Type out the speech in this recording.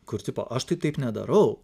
kur tipo aš tai taip nedarau